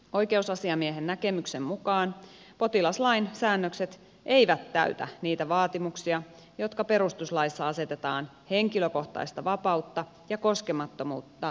oikeusasiamiehen näkemyksen mukaan potilaslain säännökset eivät täytä niitä vaatimuksia jotka perustuslaissa asetetaan henkilökohtaista vapautta ja koskemattomuutta rajoittavalle lainsäädännölle